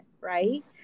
right